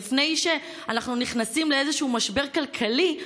לפני שאנחנו נכנסים לאיזשהו משבר כלכלי,